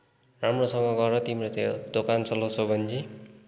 राम्रोसँग गर तिम्रो त्यो दोकान चलाउँछौ भने चाहिँ